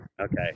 okay